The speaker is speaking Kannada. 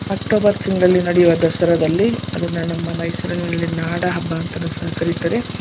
ಅಕ್ಟೋಬರ್ ತಿಂಗಳಲ್ಲಿ ನಡೆಯುವ ದಸರಾದಲ್ಲಿ ಅದನ್ನು ನಮ್ಮ ಮೈಸೂರಲ್ಲಿ ನಾಡಹಬ್ಬ ಅಂತಲೂ ಸಹ ಕರೀತಾರೆ